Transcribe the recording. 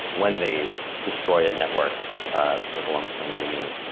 when they destroy a network ah that belongs to an enemy,